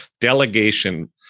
delegation